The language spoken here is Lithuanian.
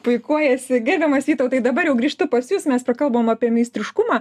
puikuojasi gerbiamas vytautai dabar jau grįžtu pas jus mes prakalbom apie meistriškumą